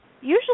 usually